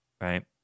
right